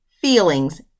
feelings